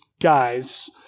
guys